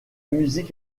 musique